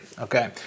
okay